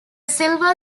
silva